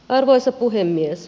arvoisa puhemies